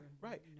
right